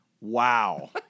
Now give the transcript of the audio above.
Wow